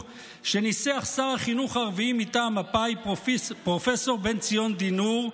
שניסח שר החינוך הרביעי מטעם מפא"י פרופ' בן ציון דינור,